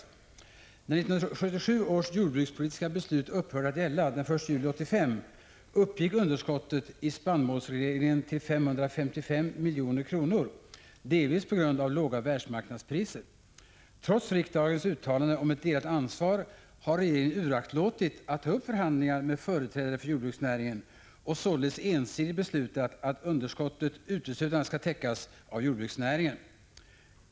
När 1977 års jordbrukspolitiska beslut upphörde att gälla den 1 juli 1985 uppgick underskottet i spannmålsregleringen till 555 milj.kr., delvis på grund av låga världsmarknadspriser. Trots riksdagens uttalande om ett delat ansvar har regeringen uraktlåtit att ta upp förhandlingar med företrädare för jordbruksnäringen och således ensidigt beslutat att underskottet uteslutande skall täckas av jordbruksnäringen.